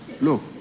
look